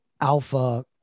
alpha